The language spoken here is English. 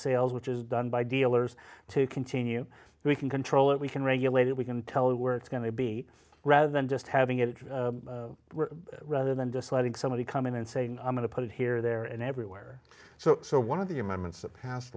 sales which is done by dealers to continue we can control it we can regulate it we can tell it where it's going to be rather than just having it rather than just letting somebody come in and saying i'm going to put it here there and everywhere so one of the amendments